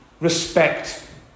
respect